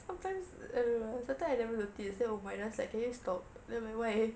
sometimes err sometimes I never notice then oh marina is like can you stop then I'm like why